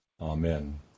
Amen